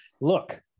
look